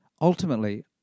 Ultimately